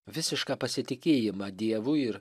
visišką pasitikėjimą dievu ir